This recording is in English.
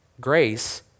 Grace